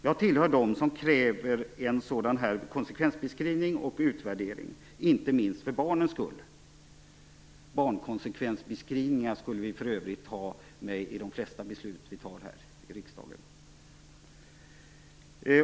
Jag tillhör dem som kräver en sådan här konsekvensbeskrivning och utvärdering, inte minst för barnens skull. Barnkonsekvensbeskrivningar skulle vi för övrigt ha med i de flesta beslut vi fattar här i riksdagen.